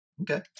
Okay